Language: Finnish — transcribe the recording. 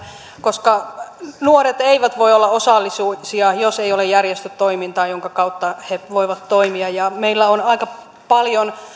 koska nuoret eivät voi olla osallisia jos ei ole järjestötoimintaa jonka kautta he voivat toimia meillä on aika paljon